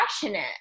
passionate